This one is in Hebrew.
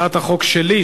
את הצעת החוק שלי,